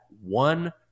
one